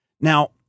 Now